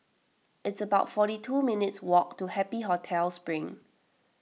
it's about forty two minutes' walk to Happy Hotel Spring